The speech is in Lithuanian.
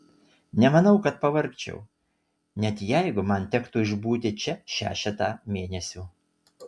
nemanau kad pavargčiau net jeigu man tektų išbūti čia šešetą mėnesių